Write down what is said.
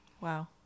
Wow